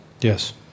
Yes